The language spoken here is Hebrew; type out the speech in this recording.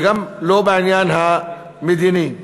וגם לא בעניין המדיני.